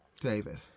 David